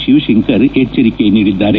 ಶಿವಶಂಕರ್ ಎಚ್ಚರಿಕೆ ನೀಡಿದ್ದಾರೆ